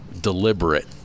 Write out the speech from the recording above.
deliberate